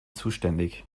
zuständig